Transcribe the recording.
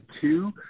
two